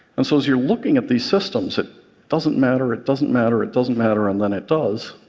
and so as you're looking at these systems, it doesn't matter, it doesn't matter, it doesn't matter, and then it does.